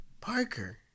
Parker